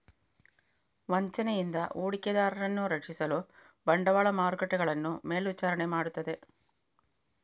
ವಂಚನೆಯಿಂದ ಹೂಡಿಕೆದಾರರನ್ನು ರಕ್ಷಿಸಲು ಬಂಡವಾಳ ಮಾರುಕಟ್ಟೆಗಳನ್ನು ಮೇಲ್ವಿಚಾರಣೆ ಮಾಡುತ್ತದೆ